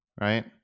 right